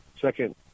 second